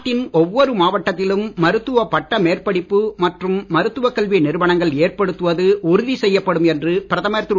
நாட்டின் ஒவ்வொரு மாவட்டத்திலும் மருத்துவ பட்ட மேற்படிப்பு மற்றும் மருத்துவக் கல்வி நிறுவனங்கள் ஏற்படுத்துவது உறுதி செய்யப்படும் என்று பிரதமர் திரு